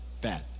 bad